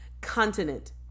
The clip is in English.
continent